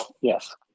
Yes